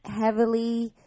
heavily